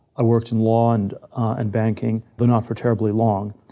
i worked in law and and banking though not for terribly long.